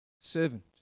servant